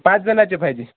पाचजणाचे पाहिजे